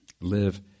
live